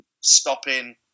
stopping